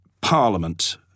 Parliament